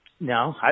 No